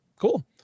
cool